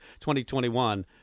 2021